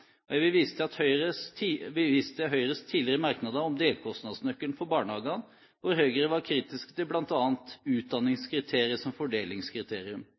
barn. Jeg vil vise til Høyres tidligere merknader om delkostnadsnøkkelen for barnehagene, hvor vi var kritiske til bl.a. utdanningskriteriet som fordelingskriterium.